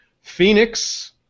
Phoenix